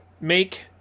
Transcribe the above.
make